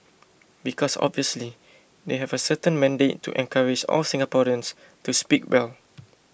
because obviously they have a certain mandate to encourage all Singaporeans to speak well